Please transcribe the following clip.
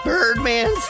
Birdman